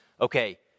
okay